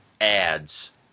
ads –